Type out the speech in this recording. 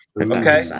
Okay